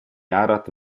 arat